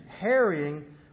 harrying